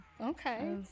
Okay